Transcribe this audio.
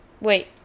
Wait